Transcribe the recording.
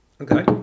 Okay